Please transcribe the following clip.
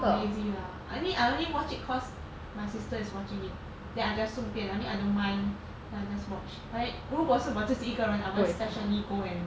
I mean I only watch it cause my sister is watching it then I just 随便 I mean I don't mind then I just watch but then 如果是我自己一个人 I won't specially go and